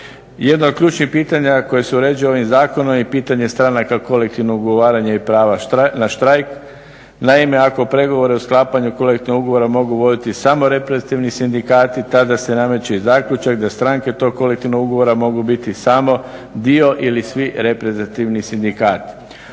Jedno od ključnih pitanja koje se uređuje ovim zakonom je pitanje stranaka kolektivnog ugovaranja i prava na štrajk. Naime ako pregovore o sklapanju kolektivnog ugovora mogu voditi samo reprezentativni sindikati tada se nameće zaključak da stranke tog kolektivnog ugovora mogu biti samo dio ili svi reprezentativni sindikati.